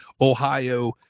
ohio